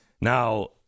Now